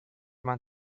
man